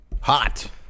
Hot